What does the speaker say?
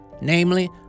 namely